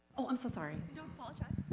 oh, i'm so sorry. don't apologize.